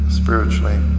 spiritually